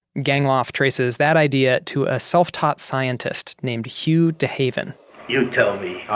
gangloff traces that idea to a self-taught scientist named hugh dehaven you tell me.